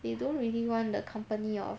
they don't really want the company of